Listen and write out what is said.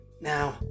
Now